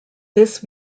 this